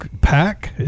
pack